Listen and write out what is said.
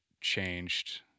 changed